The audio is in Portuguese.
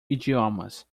idiomas